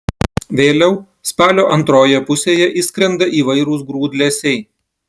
vėliau spalio antroje pusėje išskrenda įvairūs grūdlesiai